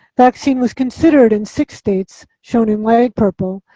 vaccine was considered in six states, shown in light purple,